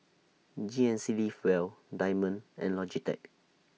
G N C Live Well Diamond and Logitech